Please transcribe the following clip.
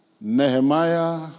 Nehemiah